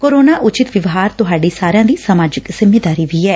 corona ਉਚਿਤ ਵਿਵਹਾਰ ਤੁਹਾਡੀ ਸਮਾਜਿਕ ਜਿੰਮੇਵਾਰੀ ਵੀ ਐ